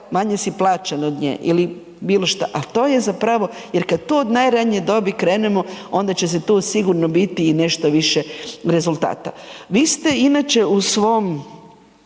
manje si plaćen od nje ili bilo šta, a to je zapravo, jer kad to od najranije dobi krenemo onda će se tu sigurno biti i nešto više rezultata. Vi ste inače u svom